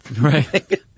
Right